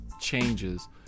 changes